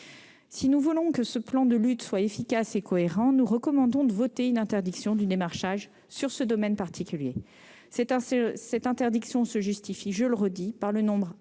Si nous voulons que ce plan de lutte soit efficace et cohérent, nous recommandons de voter une interdiction du démarchage dans ce domaine particulier. Une telle interdiction se justifie, je le répète, par le nombre anormalement